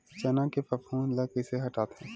चना के फफूंद ल कइसे हटाथे?